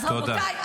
אז רבותיי,